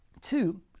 Two